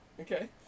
Okay